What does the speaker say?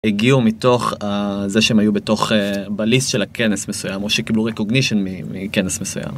הגיעו מתוך זה שהם היו בתוך בליס של הכנס מסוים או שקיבלו recognition מכנס מסוים.